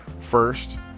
first